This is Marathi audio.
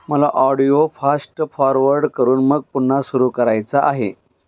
मला ऑडिओ फास्ट फॉरवर्ड करून मग पुन्हा सुरू करायचा आहे